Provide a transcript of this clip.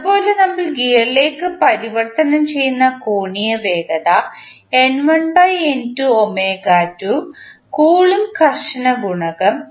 അതുപോലെ നമ്മൾ ഗിയറിലേക്ക് പരിവർത്തനം ചെയ്യുന്ന കോണീയ വേഗത കുളമ്ബ് ഘർഷണ ഗുണകം